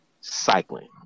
cycling